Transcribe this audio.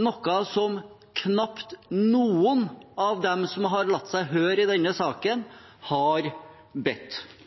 noe som knapt noen av dem som har latt seg høre i denne saken, har bedt